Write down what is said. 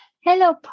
Hello